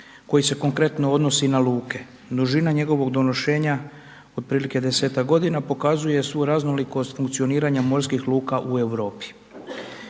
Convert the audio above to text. koji se konkretno odnosi na luke, dužina njegovog donošenja otprilike 10-tak godina, pokazuje svu raznolikost funkcioniranja morskih luka u Europi.